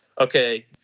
okay